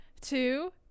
two